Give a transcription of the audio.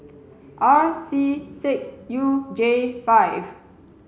R C six U J five